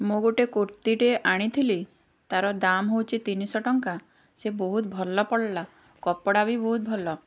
ମୁଁ ଗୋଟେ କୁର୍ତ୍ତିଟେ ଆଣିଥିଲି ତାର ଦାମ୍ ହେଉଛି ତିନିଶହ ଟଙ୍କା ସେ ବହୁତ ଭଲ ପଡ଼ିଲା କପଡ଼ା ବି ବହୁତ ଭଲ